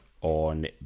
on